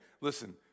Listen